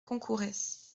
concourès